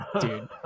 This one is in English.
dude